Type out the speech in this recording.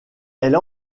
elle